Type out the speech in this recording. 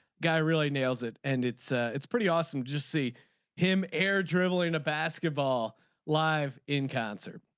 guy really nails it and it's it's pretty awesome just see him air dribbling a basketball live in cancer.